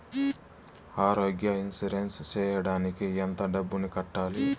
ఆరోగ్య ఇన్సూరెన్సు సేయడానికి ఎంత డబ్బుని కట్టాలి?